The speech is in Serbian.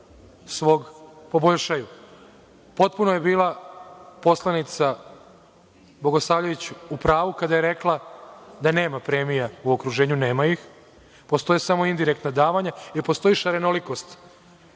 mleka poboljšaju. Potpuno je bila u pravu poslanica Bogosavljević kada je rekla da nema premija u okruženju. Nema ih. Postoje samo indirektna davanja, jer postoji šarenolikost